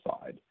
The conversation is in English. side